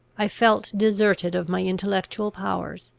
i felt deserted of my intellectual powers,